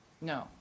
no